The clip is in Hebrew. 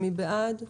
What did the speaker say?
מי בעד?